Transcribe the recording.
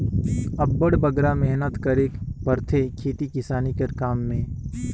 अब्बड़ बगरा मेहनत करेक परथे खेती किसानी कर काम में